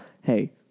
hey